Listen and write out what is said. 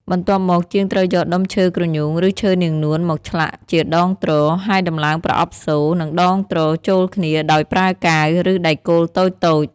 បន្ទាប់មក ជាងត្រូវយកដុំឈើគ្រញូង ឬឈើនាងនួនមកឆ្លាក់ជាដងទ្រ ហើយដំឡើងប្រអប់សូរ និងដងទ្រចូលគ្នាដោយប្រើកាវ ឬដែកគោលតូចៗ។